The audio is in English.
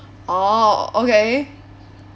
orh okay